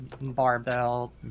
barbell